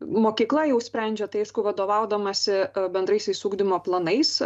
mokykla jau sprendžia tai aišku vadovaudamasi bendraisiais ugdymo planais